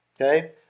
okay